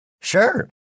Sure